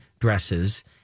dresses